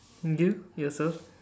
you yourself